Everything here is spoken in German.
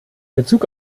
bezug